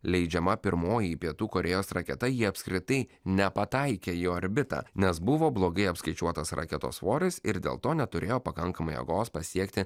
leidžiama pirmoji pietų korėjos raketa jie apskritai nepataikė į orbitą nes buvo blogai apskaičiuotas raketos svoris ir dėl to neturėjo pakankamai jėgos pasiekti